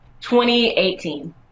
2018